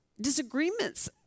disagreements